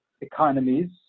economies